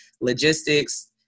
logistics